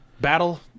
battle